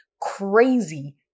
crazy